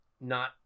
not-